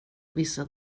vissa